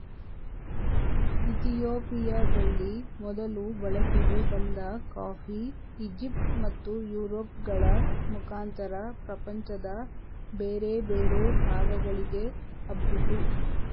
ಇತಿಯೋಪಿಯದಲ್ಲಿ ಮೊದಲು ಬಳಕೆಗೆ ಬಂದ ಕಾಫಿ ಈಜಿಪ್ಟ್ ಮತ್ತು ಯುರೋಪ್ ಗಳ ಮುಖಾಂತರ ಪ್ರಪಂಚದ ಬೇರೆ ಬೇರೆ ಭಾಗಗಳಿಗೆ ಹಬ್ಬಿತು